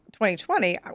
2020